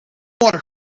water